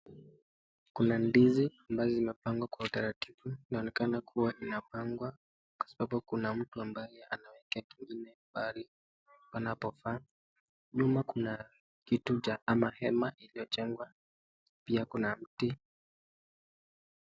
Kuna ndizi ambazo zimepangwa kwa utaratibu inaonekana kuwa inapangwa kwa sababu kuna mtu ambaye anaweka ingine mbali panapofaa, nyuma kuna kitu cha ama hema iliyojengwa pia kuna mti ...